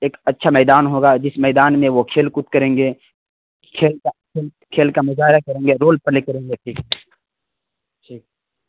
ایک اچھا میدان ہوگا جس میدان میں وہ کھیل کود کریں گے کھیل کا کھیل کا مظاہرہ کریں گے رول پلے کریں گے ٹھیک ٹھیک